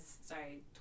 sorry